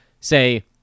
say